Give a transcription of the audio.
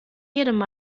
jedem